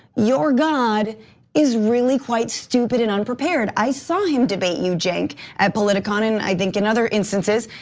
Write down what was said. your god is really quite stupid and unprepared. i saw him debate you jake at politicon and i think in other instances,